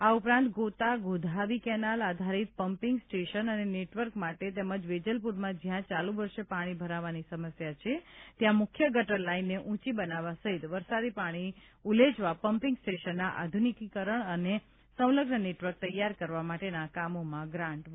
આ ઉપરાંત ગોતા ગોધાવી કેનાલ આધારિત પંપિંગ સ્ટેશન અને નેટવર્ક માટે તેમજ વેજલપુરમાં જ્યાં ચાલુ વર્ષે પાણી ભરાવાની સમસ્યા છે ત્યાં મુખ્ય ગટર લાઇનને ઉંચી બનાવવા સહિત વરસાદી પાણી ઉલેચવા પમ્પીંગ સ્ટેશનના આધુનીકરણ અને સંલગ્ન નેટવર્ક તૈયાર કરવા માટેના કામોમાં ગ્રાન્ટ વપરાશે